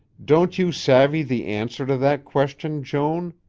don't you savvy the answer to that question, joan